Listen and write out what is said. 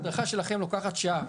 ההדרכה שלכם לוקחת שעה,